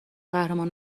قهرمان